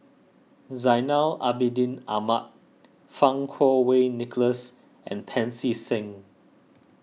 Zainal Abidin Ahmad Fang Kuo Wei Nicholas and Pancy Seng